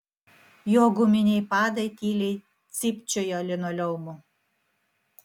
jo guminiai padai tyliai cypčiojo linoleumu